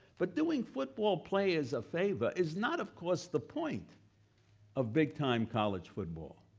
but doing football players a favor is not of course the point of big-time college football.